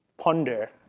ponder